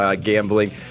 gambling